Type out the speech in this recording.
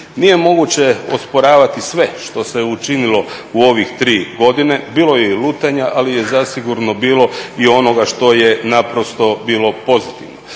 Nije moguće osporavati sve što se učinilo u ovih 3 godine, bilo je i lutanja, ali je zasigurno bili i onoga što je naprosto bilo pozitivno.